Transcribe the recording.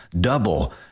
Double